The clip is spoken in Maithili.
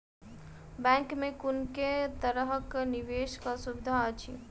बैंक मे कुन केँ तरहक निवेश कऽ सुविधा अछि?